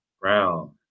brown